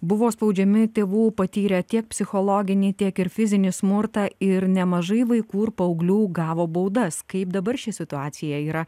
buvo spaudžiami tėvų patyrė tiek psichologinį tiek ir fizinį smurtą ir nemažai vaikų ir paauglių gavo baudas kaip dabar ši situacija yra